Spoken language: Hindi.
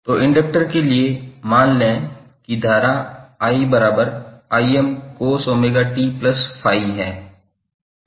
तो इंडक्टर के लिए मान लें कि धारा 𝑖cos𝜔𝑡∅ है